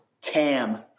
Tam